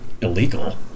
illegal